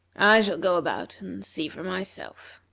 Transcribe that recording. i shall go about, and see for myself.